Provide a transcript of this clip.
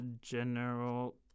general